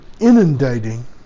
inundating